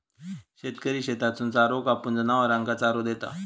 शेतकरी शेतातसून चारो कापून, जनावरांना चारो देता